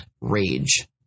rage